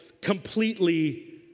completely